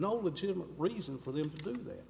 no legitimate reason for them to do that